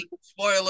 Spoiler